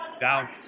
down